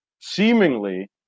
seemingly